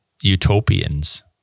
utopians